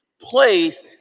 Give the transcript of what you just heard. place